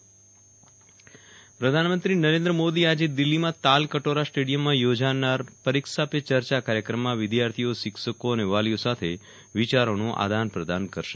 વિરલ રાણા પ્રધાનમંત્રી પરીક્ષા પે ચર્ચા પ્રધાનમંત્રી નરેન્દ્ર મોદી આજે દિલ્હીમાં તાલ કટોરા સ્ટેડિયમમાં યોજાનાર પરીક્ષા પે ચર્ચા કાર્યક્રમમાં વિદ્યાર્થીઓ શિક્ષકો અને વાલીઓ સાથે વિચારોનું આદાનપ્રદાન કરશે